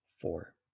four